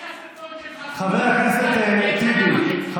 יש סרטון, חבר הכנסת טיבי.